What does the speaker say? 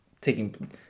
taking